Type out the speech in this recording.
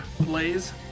Blaze